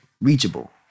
reachable